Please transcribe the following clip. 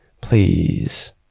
please